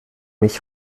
mich